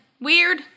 weird